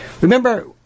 Remember